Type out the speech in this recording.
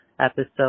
episode